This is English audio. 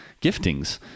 giftings